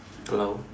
hello